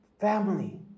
family